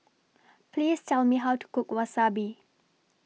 Please Tell Me How to Cook Wasabi